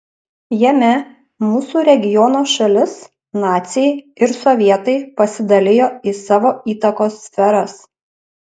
jame mūsų regiono šalis naciai ir sovietai pasidalijo į savo įtakos sferas